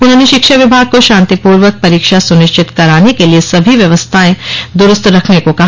उन्होंने शिक्षा विभाग को शान्तिपूर्वक परीक्षा सुनिश्चित कराने के लिए सभी व्यवस्थाए द्वरुस्त रखने को कहा